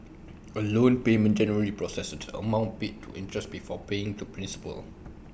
A loan payment generally processes the amount paid to interest before paying to principal